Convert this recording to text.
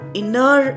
inner